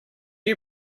you